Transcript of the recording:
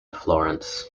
florence